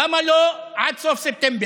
למה לא עד סוף ספטמבר?